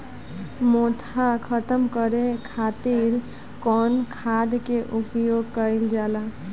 मोथा खत्म करे खातीर कउन खाद के प्रयोग कइल जाला?